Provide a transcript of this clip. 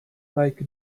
like